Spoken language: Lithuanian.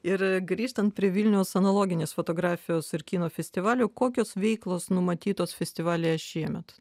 ir grįžtant prie vilniaus analoginės fotografijos ir kino festivalio kokios veiklos numatytos festivalyje šiemet